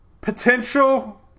Potential